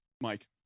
Mike